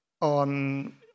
on